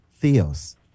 Theos